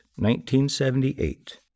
1978